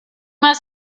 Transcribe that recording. must